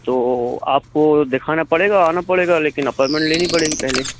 तो आपको देखाना पड़ेगा और आना पड़ेगा लेकिन अपोइनमेंट लेनी पड़ेगी पहले